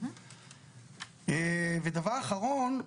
דבר אחרון.